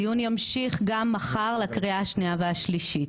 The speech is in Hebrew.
הדיון ימשיך גם מחר לקריאה השנייה והשלישית.